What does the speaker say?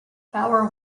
bauer